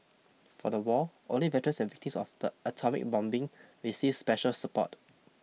for the war only veterans and victims of the atomic bombing received special support